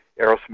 aerosmith